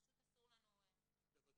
פשוט אסור לנו מבחינת --- בוודאי,